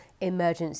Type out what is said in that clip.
emergency